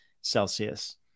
celsius